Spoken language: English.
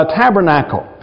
tabernacle